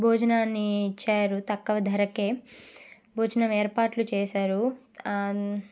భోజనాన్ని ఇచ్చారు తక్కువ ధరకే భోజనం ఏర్పాట్లు చేసారు